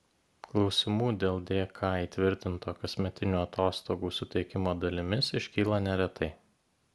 klausimų dėl dk įtvirtinto kasmetinių atostogų suteikimo dalimis iškyla neretai